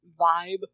vibe